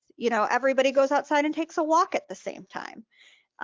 you know everybody goes outside and takes a walk at the same time,